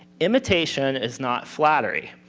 imitation is not flattery.